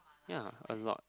ya a lot